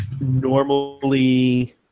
normally